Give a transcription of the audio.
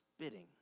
spitting